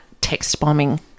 text-bombing